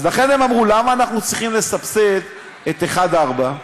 אז לכן הם אמרו: למה אנחנו צריכים לסבסד את 1 4,